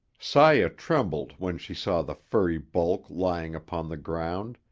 saya trembled when she saw the furry bulk lying upon the ground,